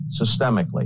systemically